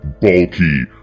bulky